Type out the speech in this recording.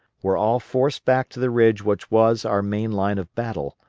were all forced back to the ridge which was our main line of battle,